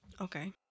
Okay